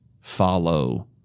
follow